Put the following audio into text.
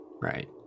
Right